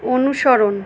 অনুসরণ